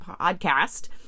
podcast